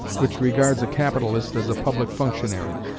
which regards a capitalist as a public functionary.